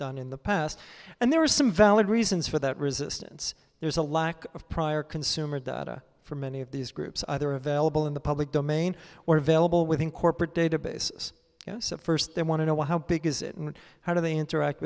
done in the past and there are some valid reasons for that resistance there's a lack of prior consumer data for many of these groups either available in the public domain or available within corporate databases you know so first they want to know how big is it and how do they interact